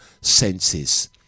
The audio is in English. senses